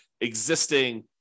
existing